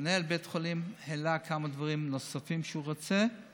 מנהל בית החולים העלה כמה דברים נוספים שהוא רוצה,